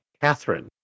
Catherine